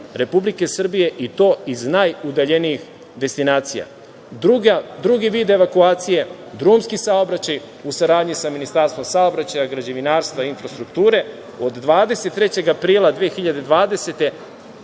Republike Srbije i to iz najudaljenijih destinacija. Drugi vid evakuacije je drumski saobraćaj u saradnji sa Ministarstvom saobraćaja, građevinarstva i infrastrukture. Od 23. aprila 2020.